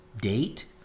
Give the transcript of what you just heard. date